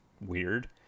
weird